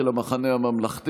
של קבוצת המחנה הממלכתי.